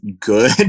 good